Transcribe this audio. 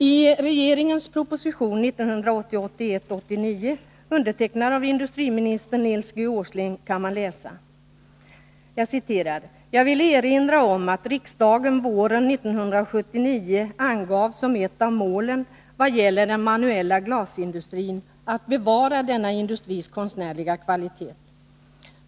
I regeringens proposition 1980/81:89, undertecknad av industriminister Nils G. Åsling, kan man läsa: ”Jag vill erinra om att riksdagen våren 1979 angav som ett av målen vad gäller den manuella glasindustrin att bevara denna industris konstnärliga kvalitet.